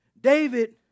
David